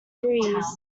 breeze